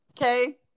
okay